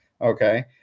Okay